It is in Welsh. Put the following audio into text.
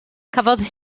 cafodd